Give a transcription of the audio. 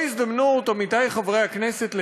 עמיתי חברי הכנסת,